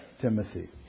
Timothy